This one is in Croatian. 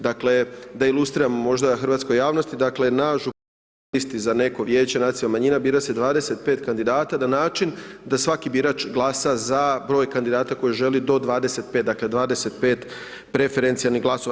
Dakle da ilustriram možda hrvatskoj javnosti, dakle na županijskoj listi za neko vijeće nacionalnih manjina bira se 25 kandidata na način da svaki birač glasa za broj kandidata koji želi do 25, dakle 25 preferencijalnih glasova.